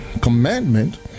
commandment